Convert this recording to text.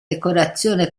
decorazione